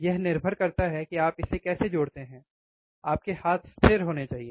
यह निर्भर करता है कि आप इसे कैसे जोड़ते हैं आपके हाथ स्थिर होने चाहिए